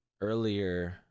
earlier